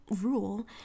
rule